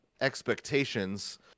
expectations